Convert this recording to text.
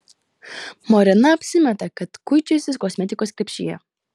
morena apsimeta kad kuičiasi kosmetikos krepšyje